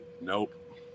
Nope